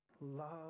Love